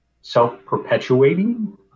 self-perpetuating